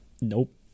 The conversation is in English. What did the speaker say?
Nope